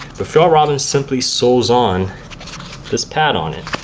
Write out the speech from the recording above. but fjallraven simply sews on this pad on it.